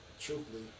Truthfully